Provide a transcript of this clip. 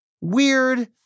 weird